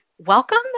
Welcome